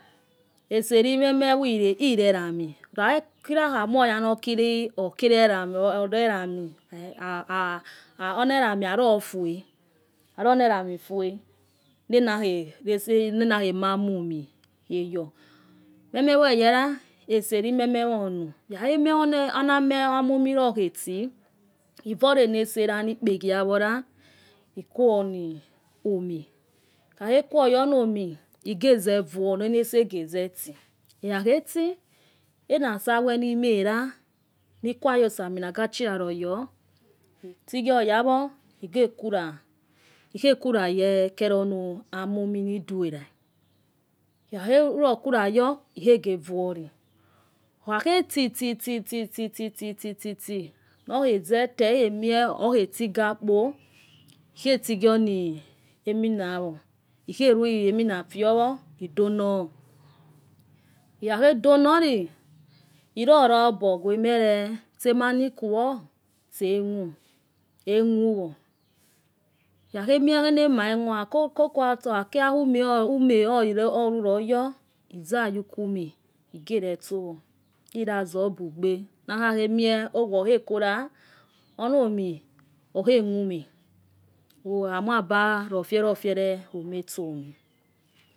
Eselimola elelami. akhahamio ga no kelealami ane- elami anufue. eronelamifue-nanahemame moyo. momowo eyala esa lime no. ikuahe nue o namebemomo. akheti. evolena. esese. nigbe gio gawo la ikuo no. omi. kchakho kuoyo onomi. egozeuuo. nana ese gezeti. ekwa khete ena saghue ni mala. nokwa ayesamo laga acuiraroyo. ltigioyawao igekulaye kela amond. nidugo orai. ikuakho lulo kulayo euuoli. okhaleue tititititi nokuozo tota lkhe muo ukuotigalepo lkuakho donoto erora obogeoe male tse manokuo ltso muok. ikuahemie enama hemu. kokua umalolutogo. lzaago kuma egeretso wo eyazo bugbo nahakhomie aguohohekola onomi okhemu ma, emua barofelofelo ruma itso omi